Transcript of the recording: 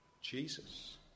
Jesus